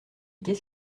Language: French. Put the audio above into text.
qu’est